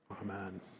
Amen